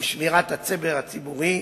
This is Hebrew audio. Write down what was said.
ושמירת הסדר הציבורי,